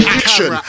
action